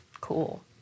cool